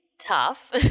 Tough